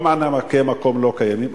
כל מענקי המקום לא קיימים,